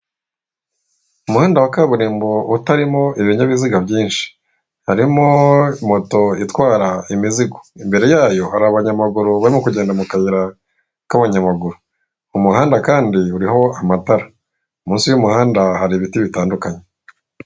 Umuhanda wa kaburimbo utarimo ibinyabiziga byinshyi, harimo moto itwara imizigo. Imbere yayo hari abanyamagura bari kugenda, mu kayira k'abanyamaguru. Umuhanda Kandi uriho amatara, munsi y'umuhanda Kandi hari ibiti bitandukanye.